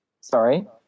Sorry